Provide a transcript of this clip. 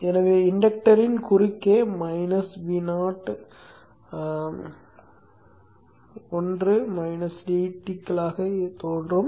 எனவே இண்டக்டர் யின் குறுக்கே மைனஸ் Vo 1 கழித்தல் dTகளாகத் தோன்றும்